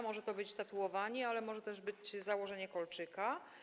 Może to był tatuowanie, ale może to też być założenie kolczyka.